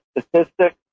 statistics